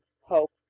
hope